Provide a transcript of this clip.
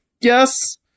yes